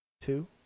two